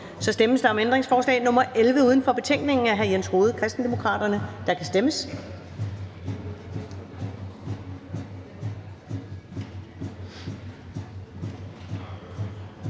Så stemmes der om ændringsforslag nr. 12 uden for betænkningen af hr. Jens Rohde (KD), og der kan stemmes.